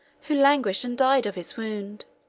who languished and died of his wound